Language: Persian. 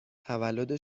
تولد